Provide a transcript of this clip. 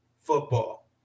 football